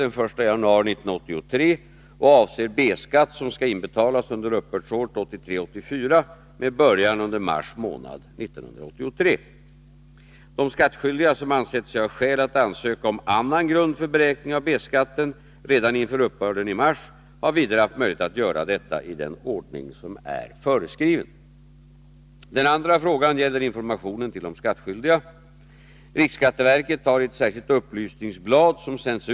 Beslutet om B-skatten fattade riksdagen den 17 december, således efter det att tiden för inlämnande av preliminär självdeklaration gått ut. Jag vill mot bakgrund av det anförda ställa följande frågor till finansministern: 1. Anser finansministern att handläggningen av denna fråga står i full överensstämmelse med regeringsformens förbud mot retroaktiv skattelagstiftning? 2.